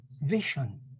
vision